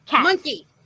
Monkey